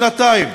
שנתיים.